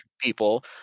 people